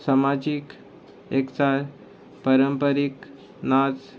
समाजीक एकचार पारंपारीक नाच